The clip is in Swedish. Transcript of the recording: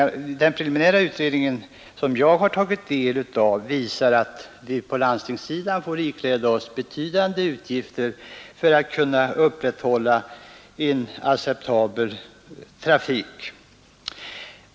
Den preliminära utredning som jag har tagit del av visar att vi på landstingssidan får ikläda oss betydande utgifter för att kunna upprätthålla en acceptabel trafik.